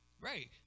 right